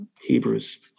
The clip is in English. Hebrews